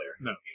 No